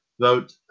vote